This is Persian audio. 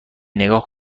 نگاه